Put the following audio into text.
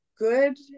good